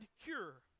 cure